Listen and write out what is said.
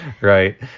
Right